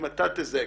ואם אתה תזהה,